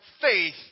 faith